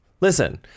Listen